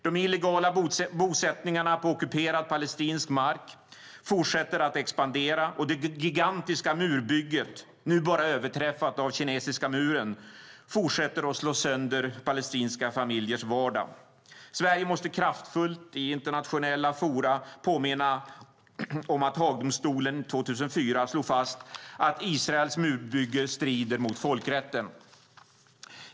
De illegala bosättningarna på ockuperad palestinsk mark fortsätter att expandera, och det gigantiska murbygget, nu bara överträffat av kinesiska muren, fortsätter att slå sönder palestinska familjers vardag. Sverige måste kraftfullt i internationella forum påminna om att Haagdomstolen 2004 slog fast att Israels murbygge strider mot folkrätten.